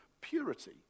purity